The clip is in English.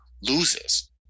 loses